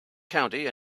county